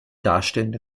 darstellende